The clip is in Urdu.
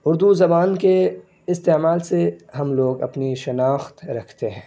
اردو زبان کے استعمال سے ہم لوگ اپنی شناخت رکھتے ہیں